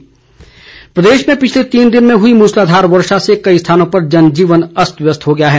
मौसम प्रदेश में पिछले तीन दिन में हुई मूसलाधार वर्षा से कई स्थानों पर जनजीवन अस्त व्यस्त हो गया है